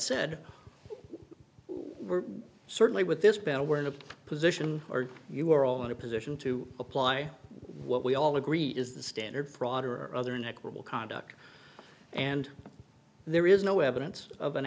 said we're certainly with this panel we're in a position or you are all in a position to apply what we all agree is the standard fraud or other neck rable conduct and there is no evidence of an